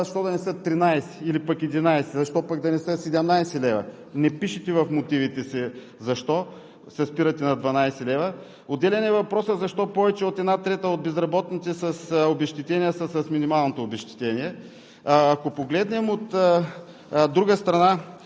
защо да не са 13 лв. или 11 лв.? Защо пък да не са 17 лв.? Не пишете в мотивите си защо се спирате на 12 лв. Отделен е въпросът защо повече от една трета от безработните са с минималното обезщетение? Ако погледнем от друга страна